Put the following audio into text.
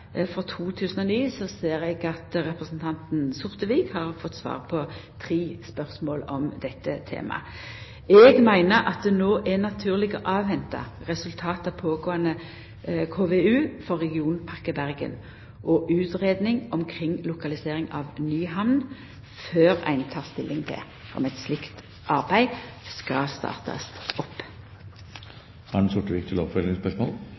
ser eg at representanten Sortevik har fått svar på tre spørsmål om dette temaet. Eg meiner at det no er naturleg å venta på resultatet av pågåande KVU for regionpakke Bergen og utgreiing omkring lokalisering av ny hamn før ein tek stilling til om eit slikt arbeid skal startast opp.